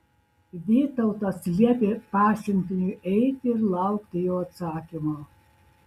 vytautas liepė pasiuntiniui eiti ir laukti jo atsakymo